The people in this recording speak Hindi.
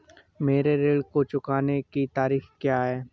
मेरे ऋण को चुकाने की तारीख़ क्या है?